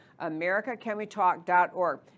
americacanwetalk.org